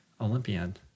Olympian